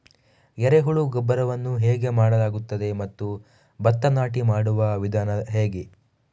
ಎರೆಹುಳು ಗೊಬ್ಬರವನ್ನು ಹೇಗೆ ಮಾಡಲಾಗುತ್ತದೆ ಮತ್ತು ಭತ್ತ ನಾಟಿ ಮಾಡುವ ವಿಧಾನ ಹೇಗೆ?